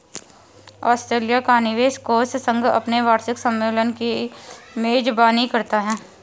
Australia का निवेश कोष संघ अपने वार्षिक सम्मेलन की मेजबानी करता है